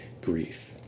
grief